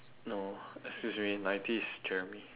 no excuse me ninety is jeremy